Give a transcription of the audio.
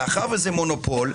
מאחר שזה מונופול,